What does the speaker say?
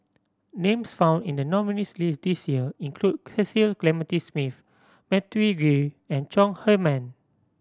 names found in the nominees' list this year include Cecil Clementi Smith Matthew Ngui and Chong Heman